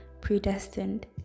predestined